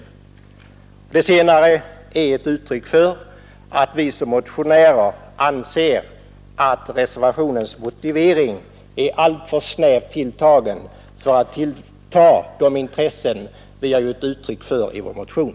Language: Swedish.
Det senare är ett uttryck för att vi såsom motionärer anser att reservationens motivering är alltför snävt hållen för att kunna tillgodose de intressen vi givit uttryck för i vår motion.